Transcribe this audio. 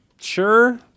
Sure